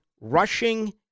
rushing